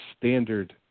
standard